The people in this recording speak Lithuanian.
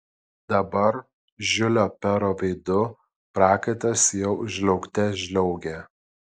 dabar žiulio pero veidu prakaitas jau žliaugte žliaugė